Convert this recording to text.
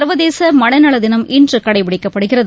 சர்வதேச மனநல தினம் இன்று கடைப்பிடிக்கப்படுகிறது